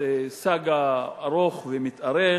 זאת סאגה ארוכה ומתארכת.